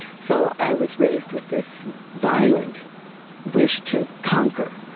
so i was raised with this violent wish to conquer,